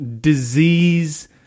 disease